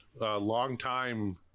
longtime